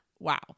Wow